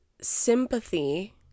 sympathy